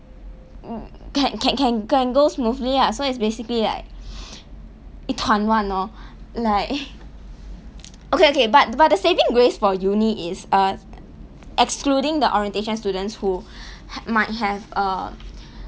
can can can can go go smoothly ah so it's basically like 一团乱 lor like okay okay but but the saving grace for uni is uh excluding the orientation students who might have err